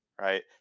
Right